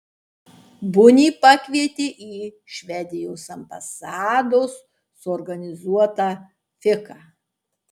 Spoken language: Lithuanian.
bunį pakvietė į švedijos ambasados suorganizuotą fiką